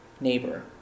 neighbor